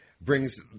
brings